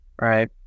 right